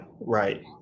right